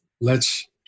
lets